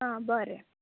आ बोरें